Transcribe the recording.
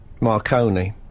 Marconi